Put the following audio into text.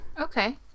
Okay